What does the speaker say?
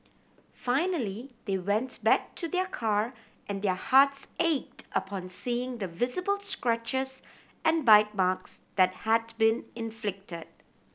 finally they went back to their car and their hearts ached upon seeing the visible scratches and bite marks that had been inflicted